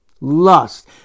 Lust